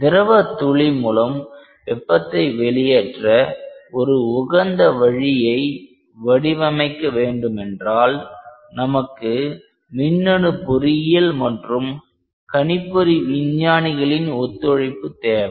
திரவ துளி மூலம் வெப்பத்தை வெளியேற்ற ஒரு உகந்த வழியை வடிவமைக்க வேண்டுமென்றால் நமக்கு மின்னணு பொறியியல் மற்றும் கணிப்பொறி விஞ்ஞானிகளின் ஒத்துழைப்பு தேவை